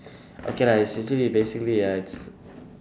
okay lah it's literally basically uh it's